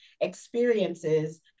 experiences